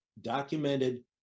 documented